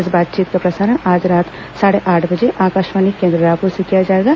इस बातचीत का प्रसारण आज रात साढ़े आठ बजे आकाशवाणी केन्द्र रायपुर से किया जाएगा